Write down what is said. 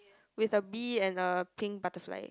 with a bee and a pink butterfly